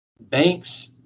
banks